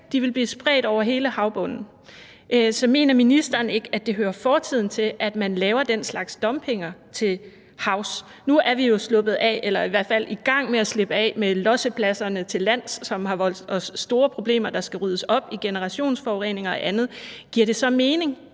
De vil blive spredt over hele havbunden. Så mener ministeren ikke, at det hører fortiden til, at man laver den slags dumpninger til havs? Nu er vi jo sluppet af med eller er i hvert fald i gang med at slippe af med lossepladserne til lands, som har voldt os store problemer, og der skal ryddes op i generationsforurening og andet. Giver det så mening,